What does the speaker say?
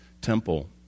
temple